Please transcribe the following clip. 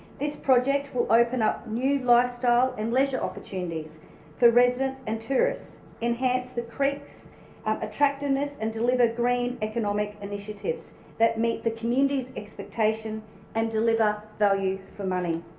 this project will open up new lifestyle and leisure opportunities for residents and tourists, enhance the creeks um attractiveness and deliver green economic initiatives that meet the community's expectations and deliver value for money.